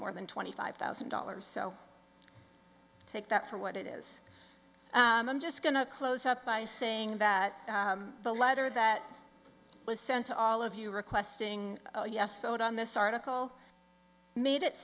more than twenty five thousand dollars so take that for what it is just going to close up by saying that the letter that was sent to all of you requesting a yes vote on this article made it